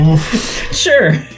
Sure